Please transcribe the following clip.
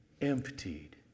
emptied